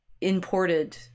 imported